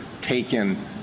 taken